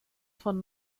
von